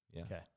Okay